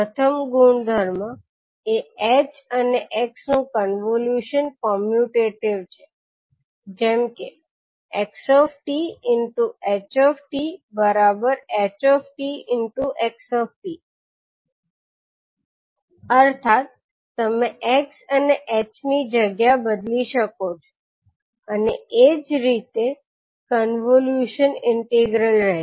પ્રથમ ગુણધર્મ એ h અને x નું કોન્વોલ્યુશન કોમ્યુટેટિવ છે જેમકે x𝑡∗ℎ𝑡 ℎ𝑡∗𝑥𝑡 અર્થાત તમે x અને h ની જગ્યા બદલી શકો છો અને એ જ કોન્વોલ્યુશન ઇન્ટિગ્રલ રેહશે